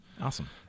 Awesome